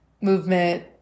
movement